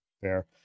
Fair